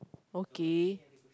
okay